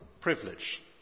privilege